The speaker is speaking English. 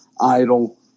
idle